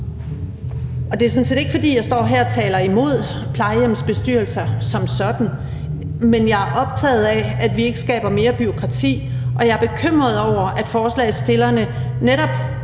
Og det er sådan set ikke, fordi jeg står her og taler imod plejehjemsbestyrelser som sådan, men jeg er optaget af, at vi ikke skaber mere bureaukrati, og jeg er bekymret over, at forslagsstillerne netop